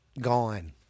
gone